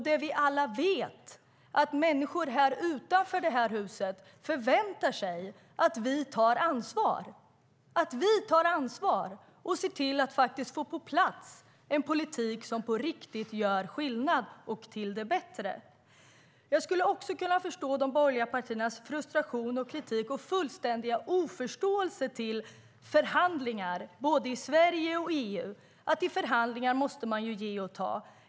Det vi alla vet är att människor utanför det här huset förväntar sig att vi tar ansvar och ser till att få på plats en politik som på riktigt gör skillnad och gör saker till det bättre. Jag skulle också kunna förstå de borgerliga partiernas frustration, kritik och fullständiga oförståelse inför förhandlingar både i Sverige och i EU. I förhandlingar måste man ju ge och ta.